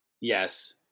Yes